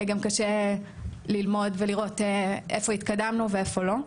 גם קשה ללמוד ולראות איפה התקדמנו ואיפה לא.